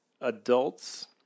adults